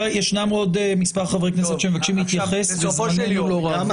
ישנם עוד מספר חברי כנסת שמבקשים להתייחס וזמננו לא רב.